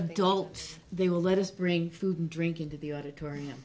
adults they will let us bring food and drink into the auditorium